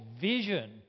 vision